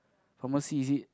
pharmacy is it